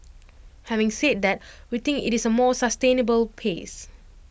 having said that we think IT is A more sustainable pace